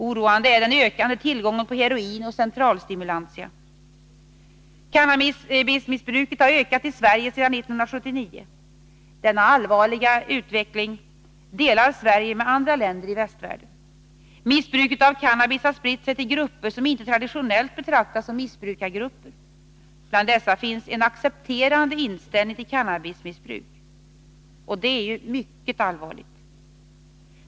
Oroande är den ökande tillgången på heroin och centralstimulantia. Cannabismissbruket har ökat i Sverige sedan 1979. Denna allvarliga utveckling delar Sverige med andra länder i västvärlden. Missbruket av cannabis har spritt sig till grupper som inte traditionellt betraktas som missbrukargrupper. Bland dessa finns en accepterande inställning till cannabismissbruk — och det är mycket allvarligt.